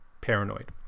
paranoid